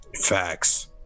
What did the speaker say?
facts